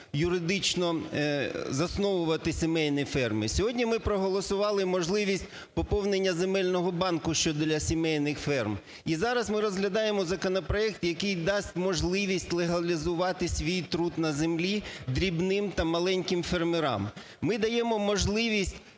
юридично засновувати сімейні ферми. Сьогодні ми проголосувати можливість поповнення земельного банку, що для сімейних ферм. І зараз ми розглядаємо законопроект, який дасть можливість легалізувати свій труд на землі дрібним та маленьким фермерам. Ми даємо можливість